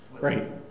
right